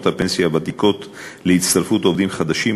הפנסיה הוותיקות להצטרפות עובדים חדשים,